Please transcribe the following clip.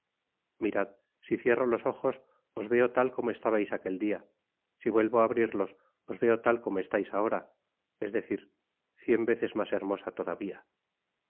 mirad si cierro los ojos os veo tal como estabais aquel dia si vuelvo á abrirlos os veo tal como estais ahora es decir cien veces mas hermosa todavía